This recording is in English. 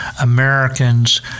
Americans